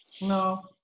No